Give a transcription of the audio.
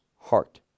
heart